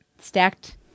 Stacked